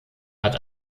hat